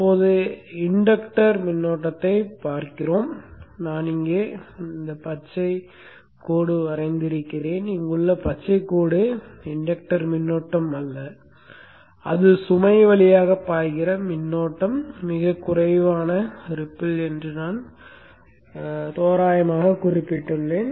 இப்போது இண்டக்டர் மின்னோட்டத்தைப் பார்ப்போம் நான் இங்கே பச்சைக் கோடு வரைந்திருக்கிறேன் இங்குள்ள பச்சைக் கோடு மின்இன்டக்டர் மின்னோட்டம் அல்ல அது சுமை வழியாக பாய்கிற மின்னோட்டம் மிகக் குறைவான சிற்றலை என்று நான் தோராயமாக மதிப்பிட்டுள்ளேன்